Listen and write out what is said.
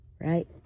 right